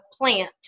plant